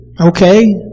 Okay